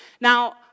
Now